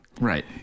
Right